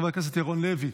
חבר הכנסת ירון לוי,